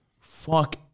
Fuck